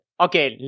okay